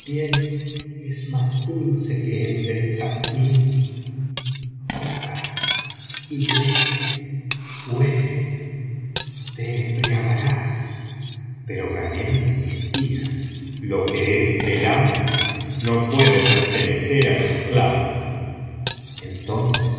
es más dulce que el del jazmín toca y huele huele y te embriagarás pero ghanem insistía lo que es del amo no puede pertenecer al esclavo entonces